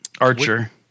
Archer